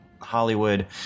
Hollywood